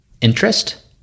interest